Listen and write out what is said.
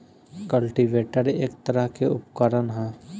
cultivator एक तरह के उपकरण ह